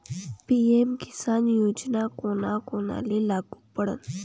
PM Kisan योजना कोना कोनाले लागू पडन?